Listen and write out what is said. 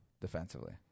defensively